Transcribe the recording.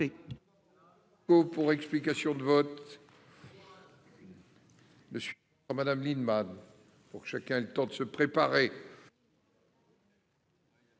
Merci